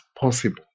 possible